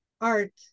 art